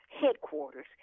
headquarters